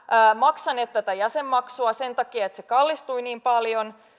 maksaneet tätä jäsenmaksua sen takia että se kallistui niin paljon